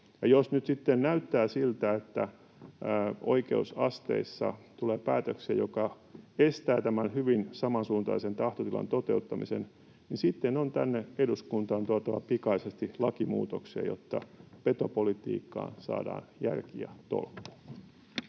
sitten näyttää siltä, että oikeusasteissa tulee päätöksiä, jotka estävät tämän hyvin samansuuntaisen tahtotilan toteuttamisen, niin sitten on tänne eduskuntaan tuotava pikaisesti lakimuutoksia, jotta petopolitiikkaan saadaan järki ja tolkku.